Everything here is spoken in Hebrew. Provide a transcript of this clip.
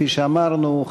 כפי שאמרנו,